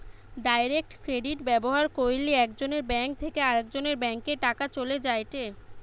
direct credit ব্যবহার কইরলে একজনের ব্যাঙ্ক থেকে আরেকজনের ব্যাংকে টাকা চলে যায়েটে